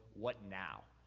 what now?